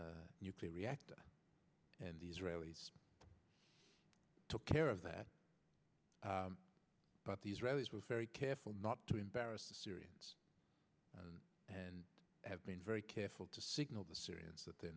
stand nuclear reactor and the israelis took care of that but the israelis were very careful not to embarrass the syrians and have been very careful to signal the syrians that they're